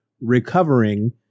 Recovering